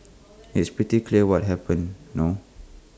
it's pretty clear what happened no